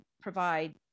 provide